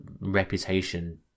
reputation